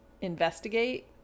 investigate